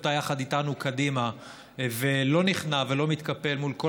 אותה יחד איתנו קדימה ולא נכנע ולא מתקפל מול כל